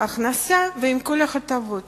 הכנסה ועם כל ההטבות